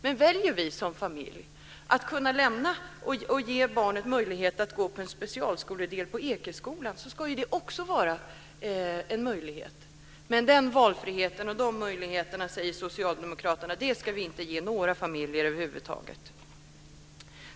Men om vi som familj väljer att låta barnet gå på en specialskoledel i Ekeskolan så ska det också vara en möjlighet. Men den valfriheten och dessa möjligheterna säger Socialdemokraterna att de inte ska ge några familjer över huvud taget.